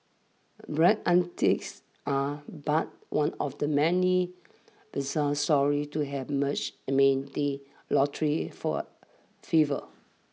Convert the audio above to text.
Bragg's antics are but one of the many bizarre stories to have emerged amid the lottery for fever